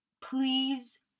please